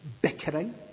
bickering